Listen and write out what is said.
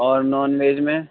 اور non veg میں